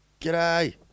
G'day